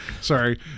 sorry